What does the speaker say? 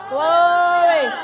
Glory